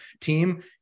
team